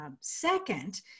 Second